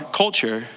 culture